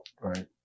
right